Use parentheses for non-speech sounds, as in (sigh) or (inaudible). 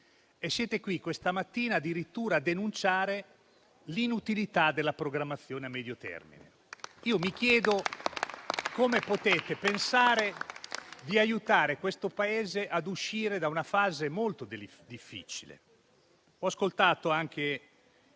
Siete qui, questa mattina, addirittura a denunciare l'inutilità della programmazione a medio termine. Io mi chiedo come potete pensare di aiutare questo Paese ad uscire da una fase molto difficile. (applause) Ho ascoltato anche